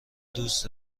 دوست